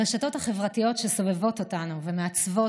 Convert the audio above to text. הרשתות החברתיות שסובבות אותנו ומעצבות